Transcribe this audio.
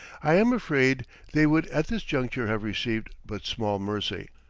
i am afraid they would at this juncture have received but small mercy.